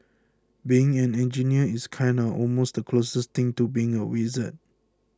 being an engineer is kinda almost the closest thing to being a wizard